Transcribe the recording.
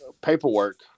paperwork